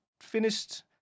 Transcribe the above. finished